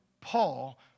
Paul